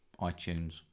iTunes